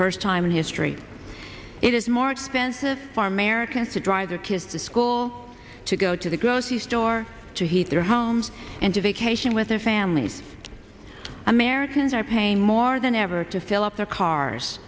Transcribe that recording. first time in history it is more expensive for americans to drive their kids to school to go to the grocery store to heat their homes and to vacation with their families americans are paying more than ever to fill up their cars